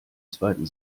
zweiten